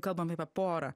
kalbam apie porą